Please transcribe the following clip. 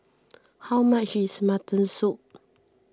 how much is Mutton Soup